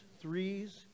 threes